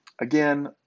again